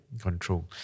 Control